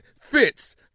Fitz